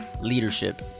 Leadership